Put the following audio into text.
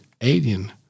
alien